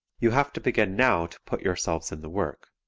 you have to begin now to put yourselves in the work.